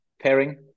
Pairing